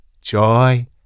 joy